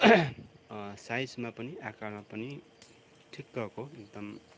साइजमा पनि आकारमा पनि ठिकको एकदम